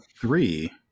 three